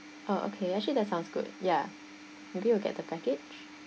oh okay actually that sounds good ya maybe we'll get the package